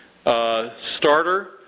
starter